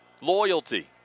loyalty